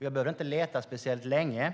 Man behöver inte leta särskilt länge